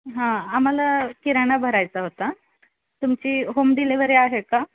हां आम्हाला किराणा भरायचा होता तुमची होम डिलेवरी आहे का